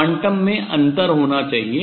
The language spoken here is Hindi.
क्वांटम में अंतर होना चाहिए